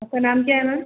आपका नाम क्या है मैम